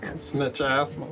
Snitch-ass